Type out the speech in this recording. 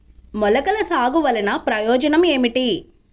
మొలకల సాగు వలన ప్రయోజనం ఏమిటీ?